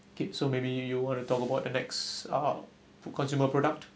kay so maybe you want to talk about the next oh food consumer product